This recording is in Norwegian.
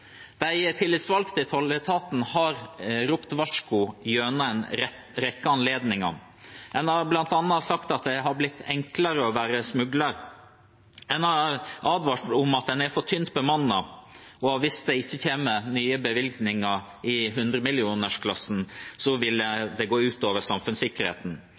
De tillitsvalgte i tolletaten har ropt varsko ved en rekke anledninger. En har bl.a. sagt at det har blitt enklere å være smugler. En har advart om at en er for tynt bemannet, og at hvis det ikke kommer nye bevilgninger i hundremillionersklassen, vil det gå ut over samfunnssikkerheten.